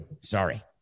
Sorry